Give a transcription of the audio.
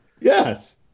Yes